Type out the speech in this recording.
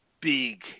big